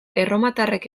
erromatarrek